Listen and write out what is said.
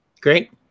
Great